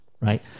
right